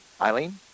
Eileen